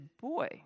boy